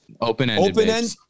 Open-ended